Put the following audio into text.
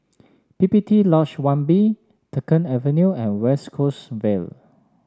P P T Lodge One B Dunkirk Avenue and West Coast Vale